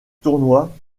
tournoi